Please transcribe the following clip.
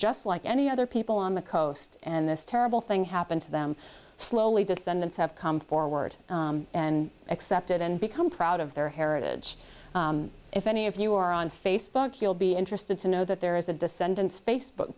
just like any other people on the coast and this terrible thing happened to them slowly descendants have come forward and accept it and become proud of their heritage if any of you are on facebook you'll be interested to know that there is a descendants facebook